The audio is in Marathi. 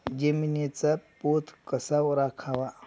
जमिनीचा पोत कसा राखावा?